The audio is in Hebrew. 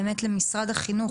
באמת למשרד החינוך.